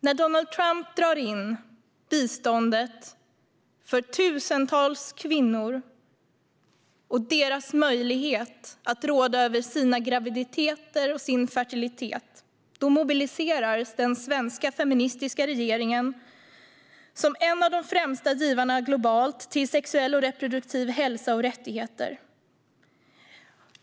När Donald Trump drar in biståndet för tusentals kvinnor och deras möjlighet att råda över sina graviditeter och sin fertilitet mobiliserar den svenska feministiska regeringen som en av de främsta givarna globalt sett till sexuell och reproduktiv hälsa och rättigheter.